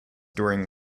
during